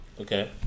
Okay